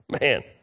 Man